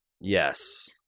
Yes